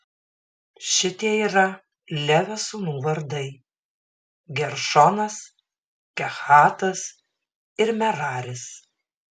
šitie yra levio sūnų vardai geršonas kehatas ir meraris